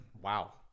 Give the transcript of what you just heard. wow